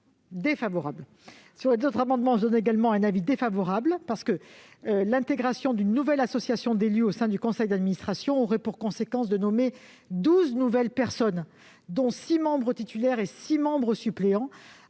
défavorable. Quant aux deux autres amendements, l'avis est également défavorable. En effet, l'intégration d'une nouvelle association d'élus au sein du conseil d'administration aurait pour conséquence de nommer 12 nouvelles personnes- 6 membres titulaires et 6 membres suppléants